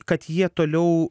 kad jie toliau